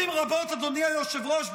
אדוני היושב-ראש,